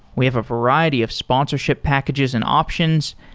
we have a variety of sponsorship packages and options.